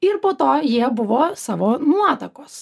ir po to jie buvo savo nuotakos